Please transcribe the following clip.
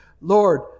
Lord